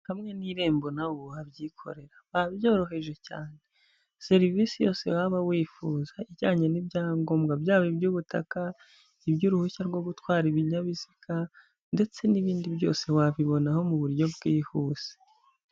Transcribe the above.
Hamwe n'irembo nawe ubu wabyikorera babyoroheje cyane serivisi yose waba wifuza ijyanye n'ibyangombwa byaba iby'ubutaka, iby'uruhushya rwo gutwara ibinyabiziga ndetse n'ibindi byose, wabibonaho mu buryo bwihuse.